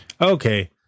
Okay